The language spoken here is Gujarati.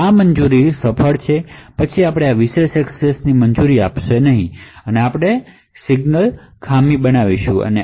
જો આ મંજૂરીઓ સફળ છે તો પછી તમે આ વિશેષ એક્સેસને મંજૂરી આપશો નહીંતો આપણે ફોલ્ટ સિગ્નલ બનાવીશું